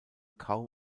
kaum